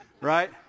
right